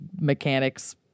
mechanics